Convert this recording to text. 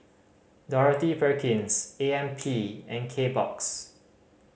Dorothy Perkins A M P and Kbox